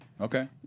Okay